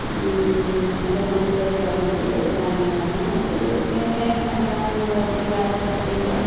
എൻ്റെ കൂട്ടുകാരി പറഞ്ഞിട്ട് വാങ്ങിയതാണ് അത് ഉപയോഗിക്കാനൊക്കെ നല്ലതാണ് നമ്മള് എവിടെയേലും യാത്രയൊക്കെ ചെയ്യുമ്പോൾ